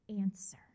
answer